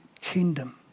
kingdom